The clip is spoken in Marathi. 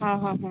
हां हां हां